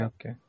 Okay